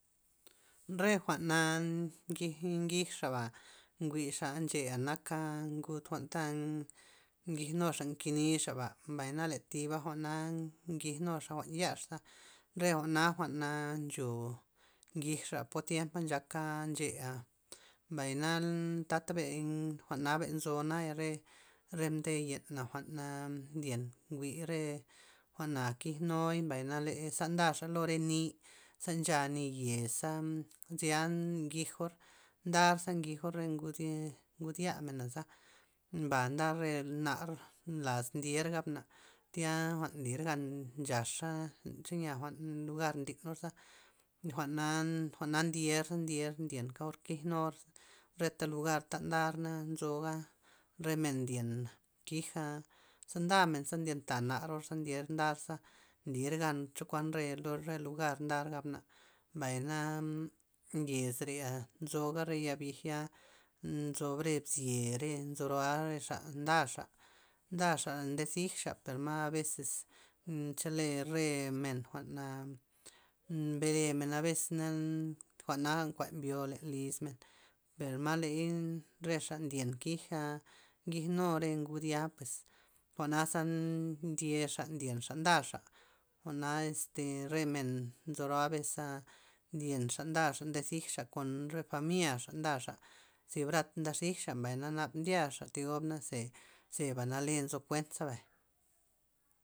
Re jwa'na ngi- ngij xa ba njwi'xa nche'a naka ngud jwa'n ta ngij nuxa nkenixaba mbay na len thiba jwa'na ngij nuxa jwa'n yaxa re jwa'na ncho ngijxa pota tiempa nchaka nche'a mbay na tata ben jwa'na nzo naya re re mde yen jwa'na ndyen jwi'n re jwa'na kignuy mbay nale za ndaxa lo re ni' ze ncha ni' yez sa, zya ngijor ndar ze ngijor re gud ngud ya menaza, ba nda rer nar laz ndier gab mena tya jwa'n nlir gan nchaxa xe nya jwa'n lugar ndinorza jwa'na- jwa'na ndyer ze ndyenr ndyen ka or reta lugar ta ndar nzoga re men ndyena kig'jaza za nda men ze ndyen tamen naror ze ndyer ndar za nlir gan chokuan re lo re lugar ndar gabna, mbay na yez re'a nzoga re yal bij ya' nzo re bzye' no re nzo ro'aor re xa ndaxa ndaxa nde zigxa per ma abes chele re re men jwa'na mbere men bes na jwa'na kuan bi'o len lismen per may ley re xa ndyen kij'a ngij numere re ngud ya pues jwa'naza ndyexa ndyenxa ndaxa jwa'na este nly re men nzo ro'a bes'a ndyenxa ndaxa nde xij xa kon re familil ndaxa zy brat nda zijxa mbay na naba ndyaxa thi gob naze zeba nale nzo kuenxa bay.